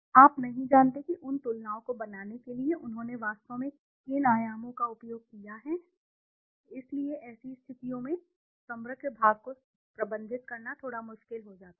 आप नहीं जानते कि उन तुलनाओं को बनाने के लिए उन्होंने वास्तव में किन आयामों का उपयोग किया है इसलिए ऐसी स्थितियों में समग्र भाग को प्रबंधित करना थोड़ा मुश्किल हो जाता है